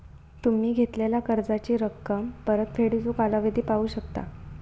तुम्ही घेतलेला कर्जाची रक्कम, परतफेडीचो कालावधी पाहू शकता